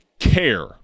care